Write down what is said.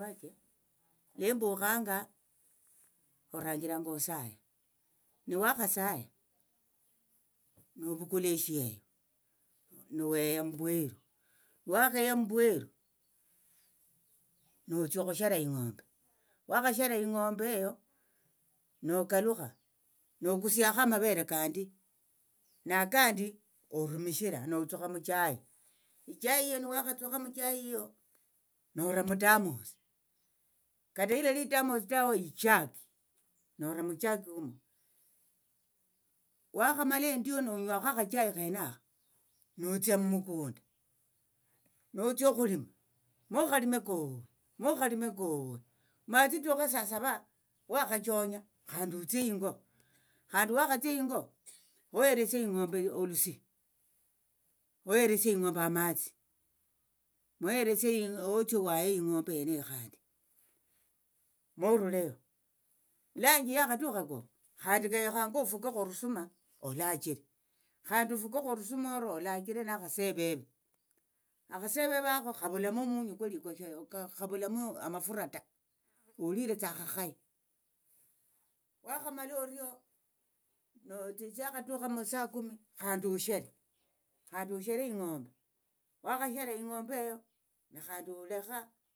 lembukhanga oranjiranga osaya nuwakhasaya novukula eshieyo noweya mbueru wakheya mbueru notsia okhushera ing'ombe wakhashera ing'ombe eyo nokalukha nokusiakho amavere kandi nakandi orumishira notsukha muchai ichai ii nuwakhatsukha muchai iyo nora mutamosi kata ilali itamosi tawe ichaki nora muchaki umu wakhamala endio nonywakho akhachai khenakha notsia mukunda notsia okhulima mokhalime koo mokhalime koo matsitukha saa sava wakhachonya khandi otsie ingo khandi wakhatsia ingo oheresie ing'ombe olusi oheresie ing'ombe amatsi oheresia otsie waye ing'ombe yeneyo khandi moruleyo lanji yakhatukha koo khandi kenyekhanga ofukokho ovusuma olachire khandi ofukekho orusuma oro olachire nakhaseveve akhaseveve hakho khavulamo omunyu kwe likes likoshe khavulamo amafura ta oliretsa akhakhaya wakhamala orio tsiakhatukha musaa kumi khandi vushiere khandi oshere ing'ombe wakhashere ing'ombe eyo nekhandi olakha.